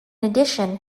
addition